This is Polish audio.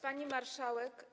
Pani Marszałek!